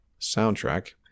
soundtrack